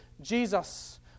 Jesus